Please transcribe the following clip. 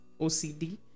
OCD